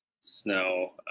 snow